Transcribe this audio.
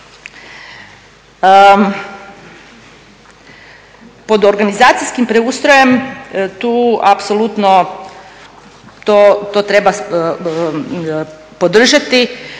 Pod organizacijskim preustrojem, tu apsolutno, to treba podržati.